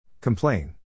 Complain